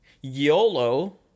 YOLO